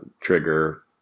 trigger